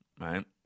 Right